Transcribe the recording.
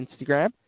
Instagram